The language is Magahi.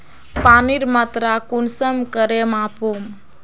पानीर मात्रा कुंसम करे मापुम?